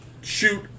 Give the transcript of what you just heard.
shoot